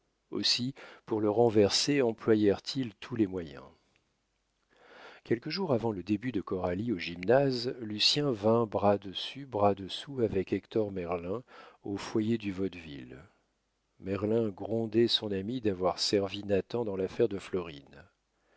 aussi pour le renverser employèrent ils tous les moyens quelques jours avant le début de coralie au gymnase lucien vint bras dessus bras dessous avec hector merlin au foyer du vaudeville merlin grondait son ami d'avoir servi nathan dans l'affaire de florine